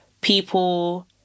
people